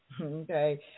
okay